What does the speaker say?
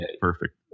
perfect